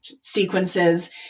sequences